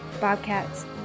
bobcats